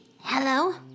Hello